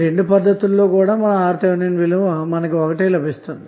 రెండు పద్దతులలోనూ RTh విలువ ఒకటే లభిస్తుంది